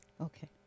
Okay